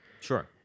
Sure